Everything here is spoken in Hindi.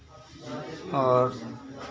और